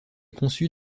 conçue